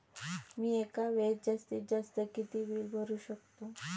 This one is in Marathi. मी एका वेळेस जास्तीत जास्त किती बिल भरू शकतो?